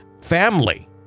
family